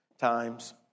times